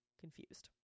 confused